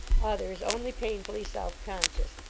others only painfully self-conscious,